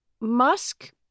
Musk